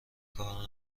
کار